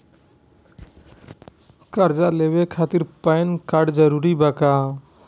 कर्जा लेवे खातिर पैन कार्ड जरूरी बा?